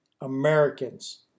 Americans